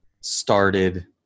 started